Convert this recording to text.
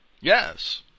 Yes